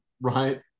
right